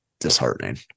disheartening